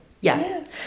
yes